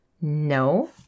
no